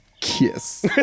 kiss